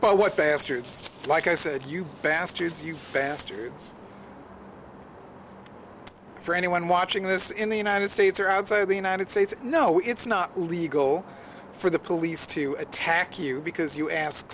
but what bastards like i said you bastards you faster it's for anyone watching this in the united states or outside the united states no it's not legal for the police to attack you because you ask